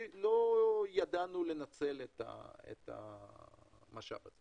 ידענו לנצל את המשאב הזה